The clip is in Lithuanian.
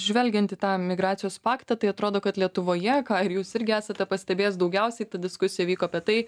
žvelgiant į tą migracijos paktą tai atrodo kad lietuvoje ką ir jūs irgi esate pastebėjęs daugiausiai ta diskusija vyko apie tai